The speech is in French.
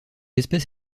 espèce